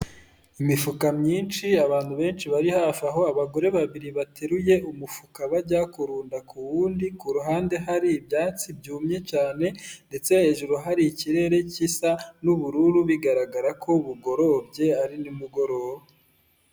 Imifuka myinshi abantu; benshi bari hafi aho; abagore babiri bateruye umufuka bajya kurunda ku wundi; ku ruhande hari ibyatsi byumye cyane ndetse hejuru hari ikirere gisa n'ubururu; bigaragara ko bugorobye ari ni mugoroba.